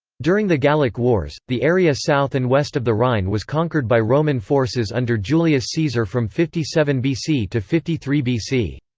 during the gallic wars, the area south and west of the rhine was conquered by roman forces under julius caesar from fifty seven bc to fifty three bc.